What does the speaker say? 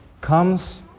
comes